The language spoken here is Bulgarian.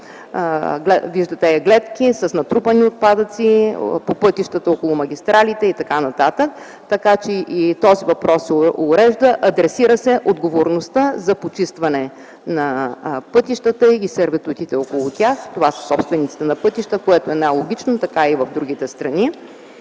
приятна гледката с натрупани отпадъци по пътищата и около магистралите, така че и този въпрос се урежда. Адресира се отговорността за почистване на пътищата и сервитутите около тях и това са собствениците на пътища. Това е най логичното. Така е и в другите страни.